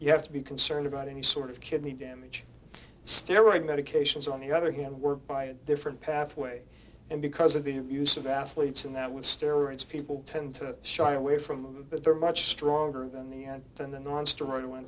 you have to be concerned about any sort of kidney damage steroids medications on the other hand were by a different pathway and because of the abuse of athletes and that with steroids people tend to shy away from but they are much stronger than they had than the non steroid